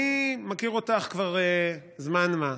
אני מכיר אותך כבר זמן מה,